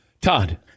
Todd